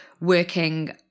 working